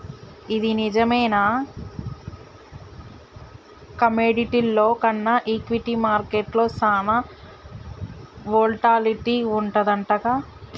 ఇది నిజమేనా కమోడిటీల్లో కన్నా ఈక్విటీ మార్కెట్లో సాన వోల్టాలిటీ వుంటదంటగా